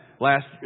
last